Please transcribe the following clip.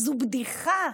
זו בדיחה,